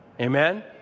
Amen